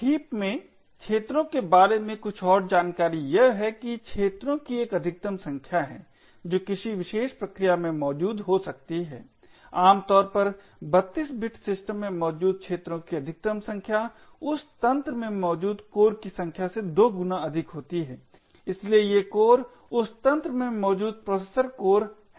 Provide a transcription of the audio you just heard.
heap में क्षेत्रों के बारे में कुछ और जानकारी यह है कि क्षेत्रों की एक अधिकतम संख्या है जो किसी विशेष प्रक्रिया में मौजूद हो सकती है आमतौर पर 32 बिट सिस्टम में मौजूद क्षेत्रों की अधिकतम संख्या उस तंत्र में मौजूद कोर की संख्या से 2 गुना अधिक होती है इसलिए ये कोर उस तंत्र में मौजूद प्रोसेसर कोर हैं